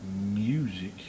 music